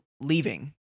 leaving